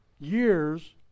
Years